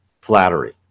flattery